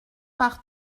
pars